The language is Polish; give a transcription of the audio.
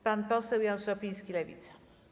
Pan poseł Jan Szopiński, Lewica.